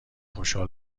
خوشحال